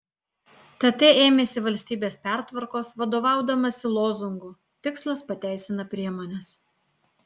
tt ėmėsi valstybės pertvarkos vadovaudamasi lozungu tikslas pateisina priemones